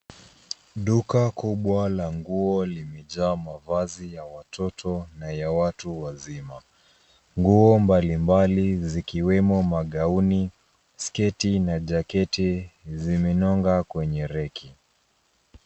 Duka kubwa la nguo limejaa mavazi ya watoto na ya watu wazima. Nguo mbalimbali zikiwemo magauni, sketi na jaketi zimenoga kwenye reki.